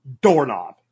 doorknob